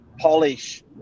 polish